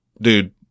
dude